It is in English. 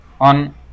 On